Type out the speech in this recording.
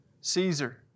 Caesar